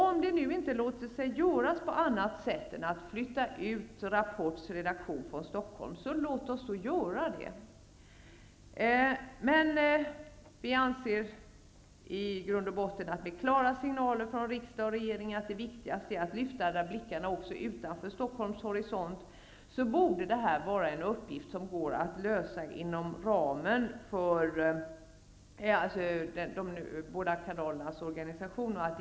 Om det nu inte låter sig göras på annat sätt än genom att flytta ut Rapports redaktion från Stockholm, så gör då det! Men vi anser, i grund och botten, att det är viktigt att med hjälp av klara signaler från riksdag och regering kunna lyfta blickarna också utanför Stockholms horisont. Det borde vara en uppgift som går att lösa inom ramen för de båda kanalernas organisation.